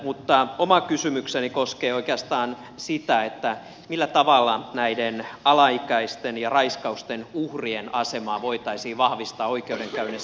mutta oma kysymykseni koskee oikeastaan sitä millä tavalla alaikäisten ja raiskausten uhrien asemaa voitaisiin vahvistaa oikeudenkäynneissä